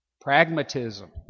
Pragmatism